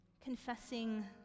confessing